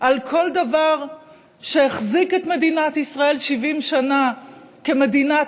על כל דבר שהחזיק את מדינת ישראל 70 שנה כמדינת